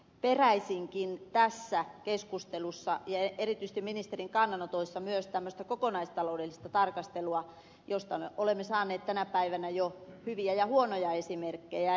peräisinkin tässä keskustelussa ja erityisesti ministerin kannanotoissa myös tämmöistä kokonaistaloudellista tarkastelua josta me olemme saaneet tänä päivänä jo hyviä ja huonoja esimerkkejä